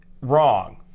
wrong